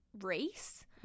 race